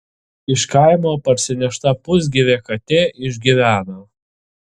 iš kaimo parsinešta pusgyvė katė išgyveno